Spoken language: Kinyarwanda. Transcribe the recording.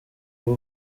rw’u